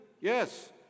Yes